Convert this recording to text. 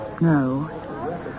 No